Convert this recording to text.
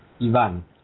Ivan